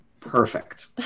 Perfect